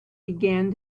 began